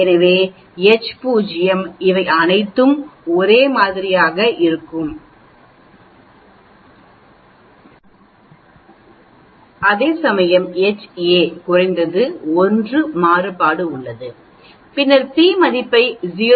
எனவே H0 இவை அனைத்தும் ஒரே மாதிரியாக இருக்கும் அதேசமயம் H a குறைந்தது 1 மாறுபாடு வேறுபட்டது பின்னர் நீங்கள் p மதிப்பை 0